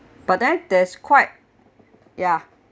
but then there's quite ya